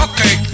Okay